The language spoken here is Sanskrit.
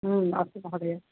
अस्तु महोदय